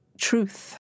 truth